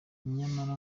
nyamara